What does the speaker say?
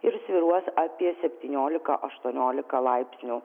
ir svyruos apie septyniolika aštuoniolika laipsnių